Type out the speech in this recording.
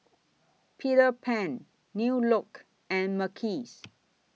Peter Pan New Look and Mackays